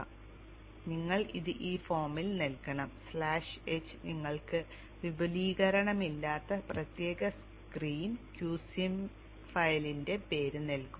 അതിനാൽ നിങ്ങൾ ഇത് ഈ ഫോമിൽ നൽകണം സ്ലാഷ് h നിങ്ങൾക്ക് വിപുലീകരണമില്ലാതെ പ്രത്യേക സ്ക്രീൻ q sim ഫയലിന്റെ പേര് നൽകും